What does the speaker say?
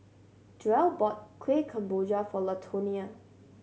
Joel bought Kueh Kemboja for Latonia